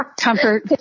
comfort